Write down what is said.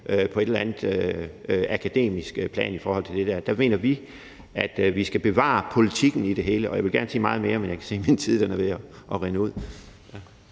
på et eller andet akademisk plan i forhold til det. Der mener vi, at vi skal bevare politikken i det hele. Jeg ville gerne sige meget mere, men jeg kan se, at min tid er ved at rinde ud.